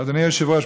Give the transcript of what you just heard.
אדוני היושב-ראש,